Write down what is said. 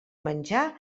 menjar